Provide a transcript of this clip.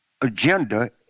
agenda